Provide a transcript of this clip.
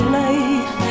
life